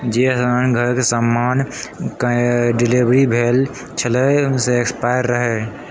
जे स्नानघरक सामान काल्हि डिलीवर भेल छल से एक्सपायर्ड रहए